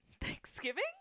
Thanksgiving